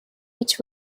each